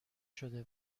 شده